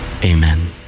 amen